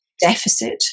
deficit